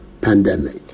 pandemic